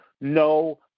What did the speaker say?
No